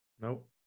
Nope